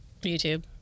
YouTube